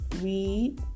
read